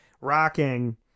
rocking